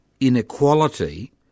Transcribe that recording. inequality